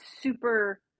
super